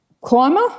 climber